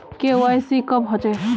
KYC कब होचे?